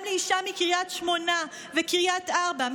גם לאישה מקריית שמונה ומקריית ארבע,